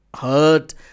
hurt